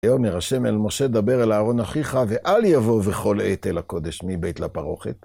ויאמר השם אל משה, דבר אל אהרון אחיך, ואל יבוא בכל עת אל הקודש מבית לפרוכת.